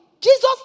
Jesus